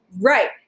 Right